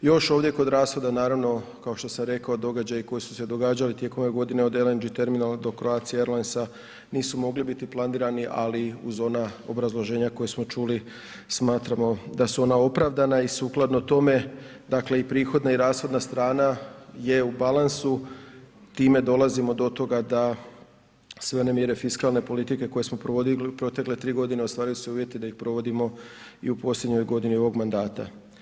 Još ovdje kod rashoda naravno kao što sam rekao, događaji koji su se događali tijekom ove godine, od LNG terminala do Croatia airlinesa nisu mogli biti planirani, ali uz ona obrazloženja koja smo čuli smatramo da su ona opravdana i sukladno tome dakle i prihodna i rashodna strana je u balansu, time dolazimo do toga da sve one mjere fiskalne politike koje smo provodili u protekle 3.g. ostvaruju se uvjeti da ih provodimo i u posljednjoj godini ovog mandata.